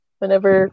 whenever